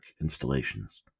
installations